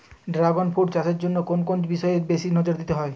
Dragon fruit চাষের জন্য কোন কোন বিষয়ে বেশি জোর দিতে হয়?